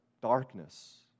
darkness